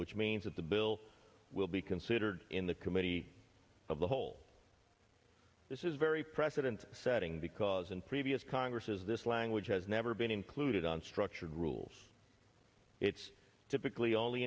means that the bill will be considered in the committee of the whole this is very precedent setting because in previous congresses this language has never been included on structured rules it's typically only